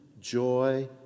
joy